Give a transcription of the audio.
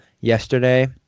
yesterday